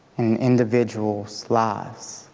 individuals' lives.